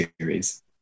series